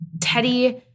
Teddy